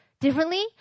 differently